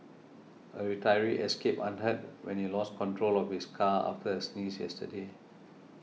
a retiree escaped unhurt when he lost control of his car after a sneeze yesterday